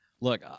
Look